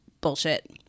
bullshit